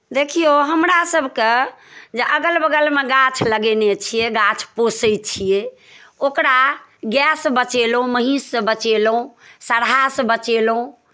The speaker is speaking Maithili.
देखियौ हमरासभके जे अगल बगलमे गाछ लगेने छियै गाछ पोसै छियै ओकरा गाएसँ बचेलहुँ महीँससँ बचेलहुँ सढ़हासँ बचेलहुँ